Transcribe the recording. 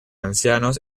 ancianos